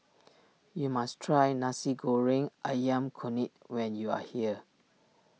you must try Nasi Goreng Ayam Kunyit when you are here